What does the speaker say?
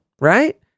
right